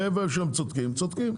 איפה שהם צודקים הם צודקים.